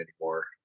anymore